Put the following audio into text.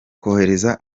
kohereza